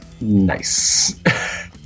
Nice